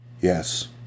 Yes